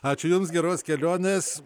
ačiū jums geros kelionės